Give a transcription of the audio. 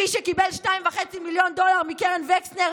מי שקיבל 2.5 מיליון דולר מקרן וקסנר,